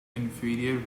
inferior